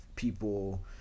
People